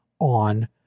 on